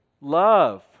love